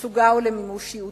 לשגשוגה ולמימוש ייעודה.